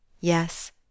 Yes